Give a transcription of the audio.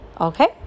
Okay